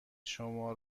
شما